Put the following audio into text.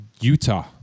Utah